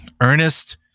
Ernest